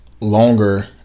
longer